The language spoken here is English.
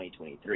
2023